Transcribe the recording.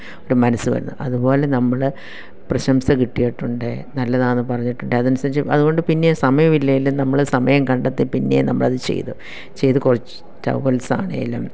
ഒരു മനസ്സ് വരുന്നു അതുപോലെ നമ്മൾ പ്രശംസ കിട്ടിയിട്ടുണ്ട് നല്ലതാണ് പറഞ്ഞിട്ടുണ്ട് അതനുസരിച്ച് അതു കൊണ്ട് പിന്നെയും സമയമില്ലെങ്കിലും നമ്മൾ സമയം കണ്ടെത്തി പിന്നെയും നമ്മളത് ചെയ്ത് ചെയ്ത് കുറച്ച് ടൗവൽസാണെങ്കിലും